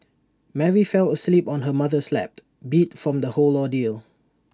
Mary fell asleep on her mother's lap beat from the whole ordeal